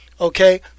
Okay